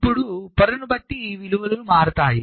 ఇప్పుడు పొరను బట్టి ఈ విలువలు మారుతాయి